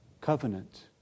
covenant